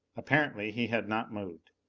apparently he had not moved.